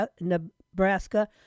Nebraska